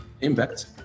impact